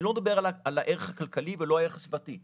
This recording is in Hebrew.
אני לא מדבר על הערך הכלכלי ולא הערך הסביבתי,